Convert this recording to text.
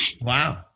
Wow